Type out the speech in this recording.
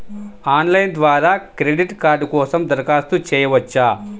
Online ద్వారా credit card కోసం దరఖాస్తు చేయవచ్చా?